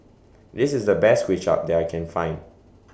This IS The Best Kuay Chap that I Can Find